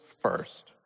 first